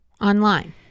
online